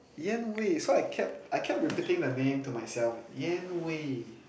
Yan-Wei so I kept I kept repeating the name to myself Yan-Wei